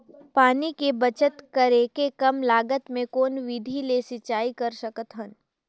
पानी के बचत करेके कम लागत मे कौन विधि ले सिंचाई कर सकत हन?